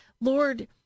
Lord